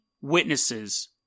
witnesses